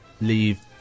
leave